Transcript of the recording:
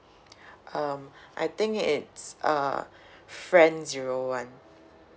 um I think it's uh friend zero one